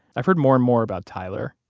i've heard more and more about tyler.